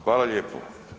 Hvala lijepo.